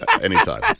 Anytime